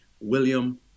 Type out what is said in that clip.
William